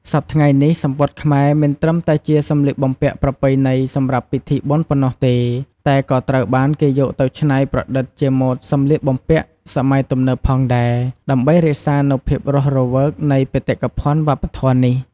សព្វថ្ងៃនេះ សំពត់ខ្មែរមិនត្រឹមតែជាសំលៀកបំពាក់ប្រពៃណីសម្រាប់ពិធីបុណ្យប៉ុណ្ណោះទេ តែក៏ត្រូវបានគេយកទៅច្នៃប្រឌិតជាម៉ូដសម្លៀកបំពាក់សម័យទំនើបផងដែរ ដើម្បីរក្សានូវភាពរស់រវើកនៃបេតិកភណ្ឌវប្បធម៌នេះ។